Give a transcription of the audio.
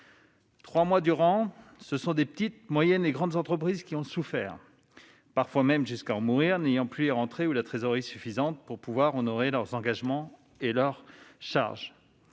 Trois mois durant, qu'elles soient petites, moyennes ou grandes, des entreprises ont souffert, parfois même jusqu'à en mourir, car elles n'avaient plus les rentrées ou la trésorerie suffisantes pour pouvoir honorer leurs engagements et leurs charges.